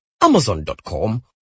amazon.com